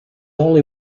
only